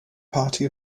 party